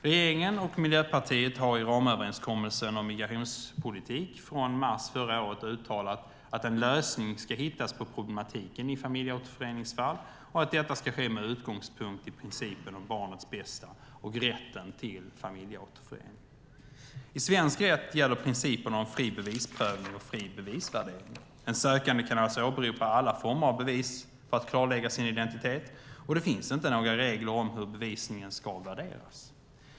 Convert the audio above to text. Regeringen och Miljöpartiet har i ramöverenskommelsen om migrationspolitik från mars förra året uttalat att en lösning ska hittas på problematiken i familjeåterföreningsfall och att detta ska ske med utgångspunkt i principen om barnets bästa och rätten till familjeåterförening. I svensk rätt gäller principerna om fri bevisprövning och fri bevisvärdering. En sökande kan alltså åberopa alla former av bevis för att klarlägga sin identitet, och det finns inte några regler om hur bevisningen ska värderas.